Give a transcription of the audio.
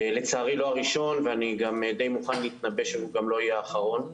לצערי לא הראשון ואני גם די מוכן להתנבא שהוא גם לא יהיה האחרון.